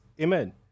Amen